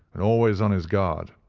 and always on his guard.